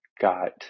got